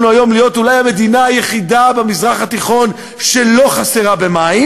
היום להיות אולי המדינה היחידה במזרח התיכון שלא חסרה במים,